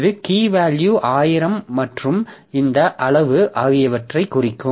இது key value 1000 மற்றும் இந்த அளவு ஆகியவற்றைக் குறிக்கும்